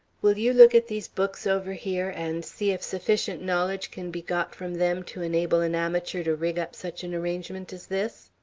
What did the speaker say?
will you look at these books over here and see if sufficient knowledge can be got from them to enable an amateur to rig up such an arrangement as this?